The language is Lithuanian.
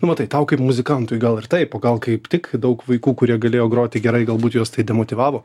nu matai tau kaip muzikantui gal ir taip o gal kaip tik daug vaikų kurie galėjo groti gerai galbūt juos tai demotyvavo